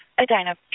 Adina